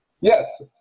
Yes